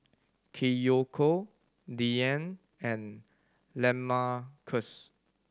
Kiyoko Diann and Lamarcus